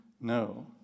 no